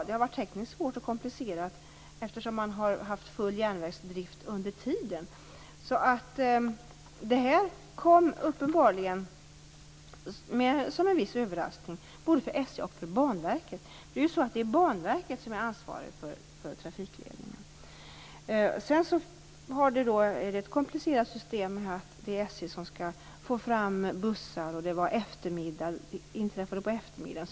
Det har varit tekniskt svårt och komplicerat, eftersom man har haft full järnvägsdrift under tiden. Det här kom alltså uppenbarligen som en viss överraskning både för SJ och för Banverket - det är ju Banverket som ansvarar för trafikledningen. Det hela var komplicerat på så sätt att det var SJ som skulle få fram bussar och att det inträffade på eftermiddagen.